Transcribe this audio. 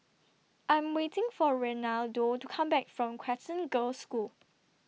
I Am waiting For Reinaldo to Come Back from Crescent Girls' School